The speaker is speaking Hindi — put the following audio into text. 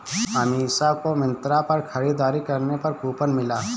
अमीषा को मिंत्रा पर खरीदारी करने पर कूपन मिला